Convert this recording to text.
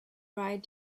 write